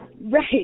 Right